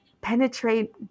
penetrate